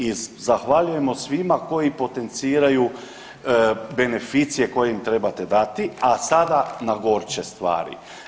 I zahvaljujemo svima koji potenciraju beneficije koje im trebate dati a sada na goruče stvari.